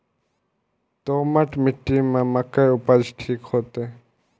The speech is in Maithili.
दोमट मिट्टी में मक्के उपज ठीक होते?